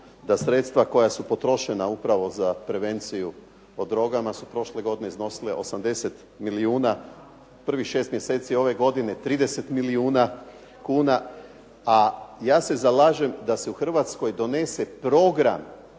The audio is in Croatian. da sredstva koja su potrošena upravo za prevenciju o drogama su prošle godine iznosile 80 milijuna, prvih 6 mjeseci ove godine 30 milijuna kuna, a ja se zalažem da se u Hrvatskoj donese program